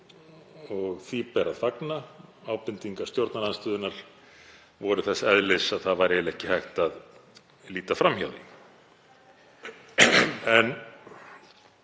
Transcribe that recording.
og því ber að fagna. Ábendingar stjórnarandstöðunnar voru þess eðlis að það var eiginlega ekki hægt að líta fram hjá því. En